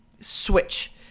switch